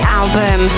album